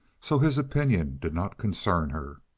so his opinion did not concern her.